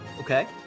okay